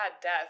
death